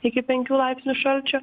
iki penkių laipsnių šalčio